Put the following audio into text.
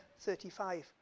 35